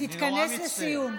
תתכנס לסיום.